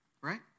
Right